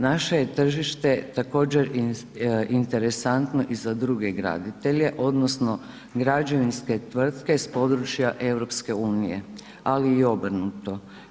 Naše je tržište također interesantno i za druge graditelje, odnosno građevinske tvrtke s područja EU ali i obrnuto.